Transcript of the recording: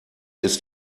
ist